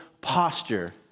posture